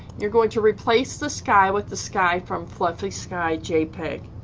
you're going to replace the sky with the sky from fluffy sky jpeg.